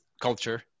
culture